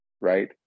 right